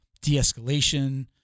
de-escalation